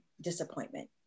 disappointment